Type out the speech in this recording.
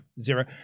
zero